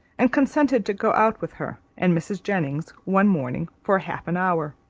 and consented to go out with her and mrs. jennings one morning for half an hour.